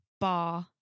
bar